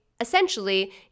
essentially